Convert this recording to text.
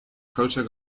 proto